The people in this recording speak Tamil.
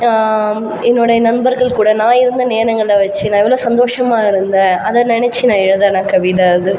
என்னோடய என் நண்பர்கள் கூட நான் இருந்த நேரங்களை வச்சு நான் எவ்வளோ சந்தோஷமாக இருந்தேன் அதை நினச்சி நான் எழுதின கவிதை அது